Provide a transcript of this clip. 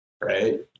right